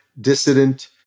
dissident